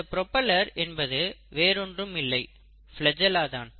இந்த ப்ரோபெல்லர் என்பது வேறொன்றும் இல்லை ப்லஜெல்லா தான்